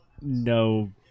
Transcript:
no